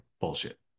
bullshit